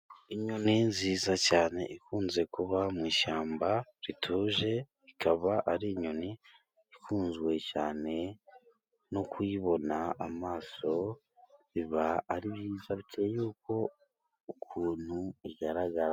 Inyoni nziza cyane, ikunze kuba mu ishyamba rituje, ikaba ari inyoni ikunzwe cyane, no kuyibona amaso biba ari byiza, bitewe n'ukuntu igaragara.